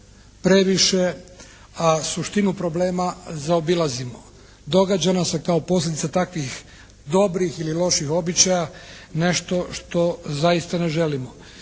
previše, a suštinu problema zaobilazimo. Događa nam se kao posljedica takvih dobrih ili loših običaja nešto što zaista ne želimo.